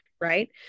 right